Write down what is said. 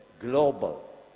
global